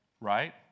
Right